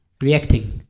reacting